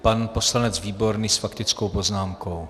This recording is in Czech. Pan poslanec Výborný s faktickou poznámkou.